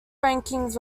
rankings